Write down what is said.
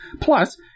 Plus